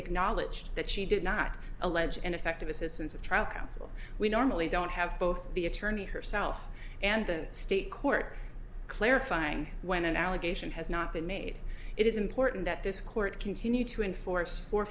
acknowledged that she did not allege ineffective assistance of truck outside we normally don't have both the attorney herself and the state court clarifying when an allegation has not been made it is important that this court continue to enforce